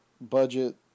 budget